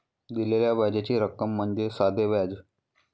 दिलेल्या व्याजाची रक्कम म्हणजे साधे व्याज